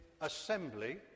assembly